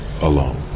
alone